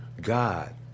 God